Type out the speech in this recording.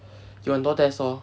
有很多 test lor